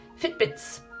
Fitbits